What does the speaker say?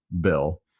bill